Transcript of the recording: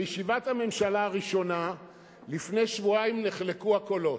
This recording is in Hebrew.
בישיבת הממשלה הראשונה לפני שבועיים נחלקו הקולות: